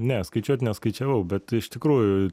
ne skaičiuot neskaičiavau bet iš tikrųjų